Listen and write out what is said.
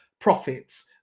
profits